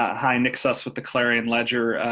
hi. nick suss with the clarion ledger.